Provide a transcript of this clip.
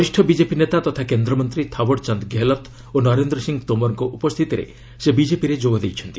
ବରିଷ୍ଣ ବିଜେପି ନେତା ତଥା କେନ୍ଦ୍ରମନ୍ତ୍ରୀ ଥାଓ୍ୱଡ୍ ଚାନ୍ଦ ଗେହଲତ୍ ଓ ନରେନ୍ଦ୍ର ସିଂ ତୋମରଙ୍କ ଉପସ୍ଥିତିରେ ସେ ବିକେପିରେ ଯୋଗ ଦେଇଛନ୍ତି